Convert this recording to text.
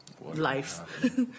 life